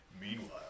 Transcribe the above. Meanwhile